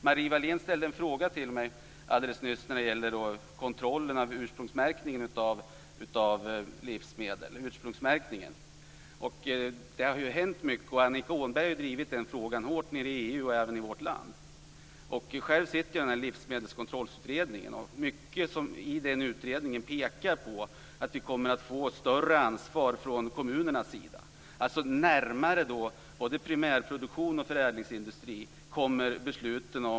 Marie Wilén ställde en fråga till mig alldeles nyss om kontroll av ursprungsmärkningen av livsmedel. Det har hänt mycket. Annika Åhnberg har drivit den frågan hårt i EU och även i vårt land. Själv sitter jag i Livsmedelskontrollutredningen. Mycket i den utredningen pekar på att vi kommer att ha större ansvar från kommunernas sida. Besluten kommer att fattas närmare både primärproduktion och förädlingsindustri.